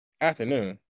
Afternoon